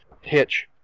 hitch